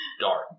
dark